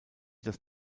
das